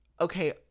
okay